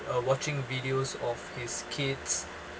uh watching videos of his kids